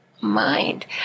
Mind